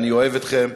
אני אוהב אתכם,